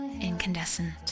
incandescent